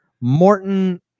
Morton